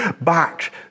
back